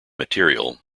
material